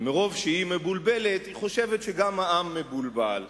ומרוב שהיא מבולבלת היא חושבת שגם העם מבולבל.